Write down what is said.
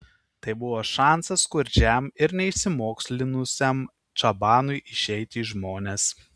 tai buvo šansas skurdžiam ir neišsimokslinusiam čabanui išeiti į žmones